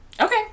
Okay